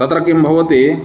तत्र किं भवति